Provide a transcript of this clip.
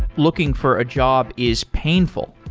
looking for a job is painful,